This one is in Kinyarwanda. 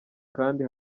kandi